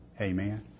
Amen